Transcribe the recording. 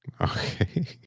Okay